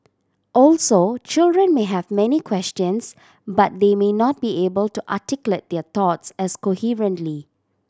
also children may have many questions but they may not be able to articulate their thoughts as coherently